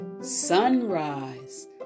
Sunrise